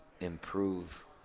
improve